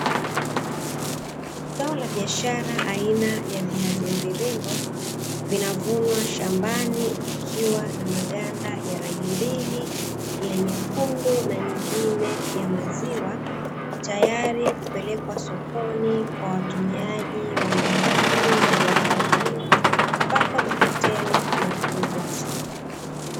Zao la biashara aina ya viazi mviringo vinavunwa shambani vikiwa, na maganda ya rangi mbili ya nyekundu na nyingine ya maziwa, tayari kupelekwa sokoni kwa watumiaji wa nyumbani, migahawani mpaka mahoteli makubwa.